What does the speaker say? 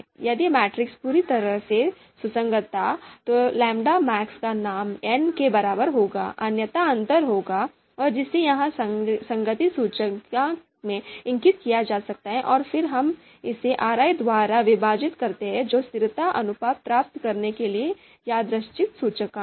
यदि मैट्रिक्स पूरी तरह से सुसंगत था तो λmax का मान n के बराबर होगा अन्यथा अंतर होगा और जिसे यहां संगति सूचकांक में इंगित किया जा सकता है और फिर हम इसे RI द्वारा विभाजित करते हैं जो स्थिरता अनुपात प्राप्त करने के लिए यादृच्छिक सूचकांक है